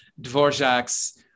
Dvorak's